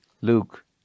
Luke